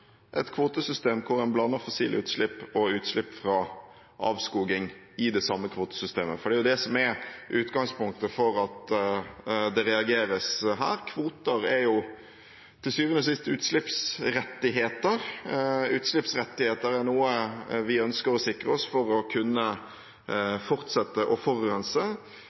et kvotesystem hvor man blander fossile utslipp og utslipp fra avskoging i det samme kvotesystemet, for det er jo det som er utgangspunktet for at det reageres her. Kvoter er jo til syvende og sist utslippsrettigheter. Utslippsrettigheter er noe vi ønsker å sikre oss for å kunne fortsette å forurense.